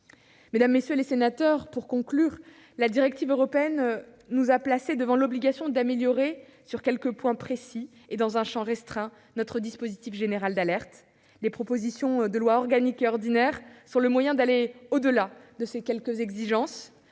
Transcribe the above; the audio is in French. Mesdames, messieurs les sénateurs, la directive européenne nous a placés devant l'obligation d'améliorer sur quelques points précis, et dans un champ restreint, notre dispositif général d'alerte. Les présentes propositions de lois organique et ordinaire nous offrent l'occasion d'aller au-delà de ces quelques exigences,